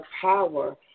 power